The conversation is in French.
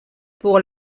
pour